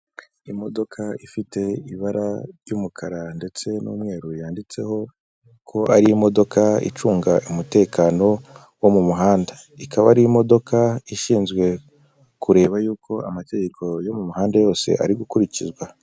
Imodoka ifite ibara ry'umukara ndetse n'umweru, yanditseho ko ari imodoka icunga umutekano wo mu muhanda. Ikaba ari imodoka ishinzwe kureba yuko amategeko yo mu muhanda yose ari gukurikizwa.